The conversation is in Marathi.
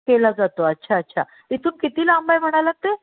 केला जातो अच्छा अच्छा इथून किती लांब आहे म्हणालात ते